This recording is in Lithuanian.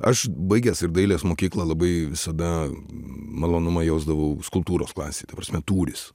aš baigęs ir dailės mokyklą labai visada malonumą jausdavau skulptūros klasei ta prasme tūris